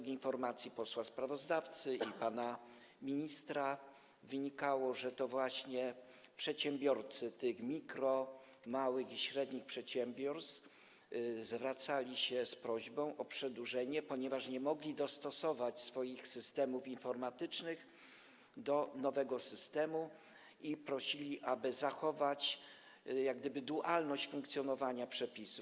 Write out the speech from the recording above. Z informacji posła sprawozdawcy i pana ministra wynikało, że to właśnie przedsiębiorcy, ci mikro-, mali i średni przedsiębiorcy zwracali się z prośbą o przedłużenie, ponieważ nie mogli dostosować swoich systemów informatycznych do nowego systemu, i prosili, aby zachować dualność funkcjonowania przepisów.